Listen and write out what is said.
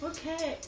Okay